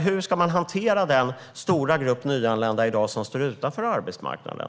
Hur ska man hantera den stora grupp nyanlända i dag som står utanför arbetsmarknaden?